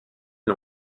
une